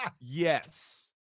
yes